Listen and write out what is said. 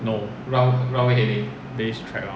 no base track lor